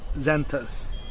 Xanthus